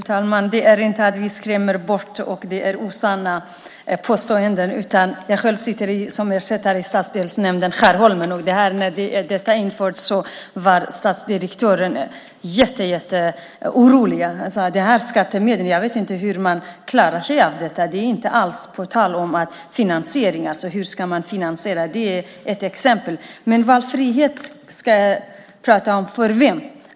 Fru talman! Det är inte så att vi skrämmer bort eller att det är osanna påståenden. Jag sitter själv som ersättare i stadsdelsnämnden i Skärholmen. När detta infördes var direktören jätteorolig. Han sade att det är skattemedel. Jag vet inte hur man klarar det. Det var inte alls tal om hur man ska finansiera det. Det är ett exempel. Valfrihet ska jag tala om. Valfrihet för vem?